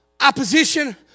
Opposition